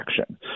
action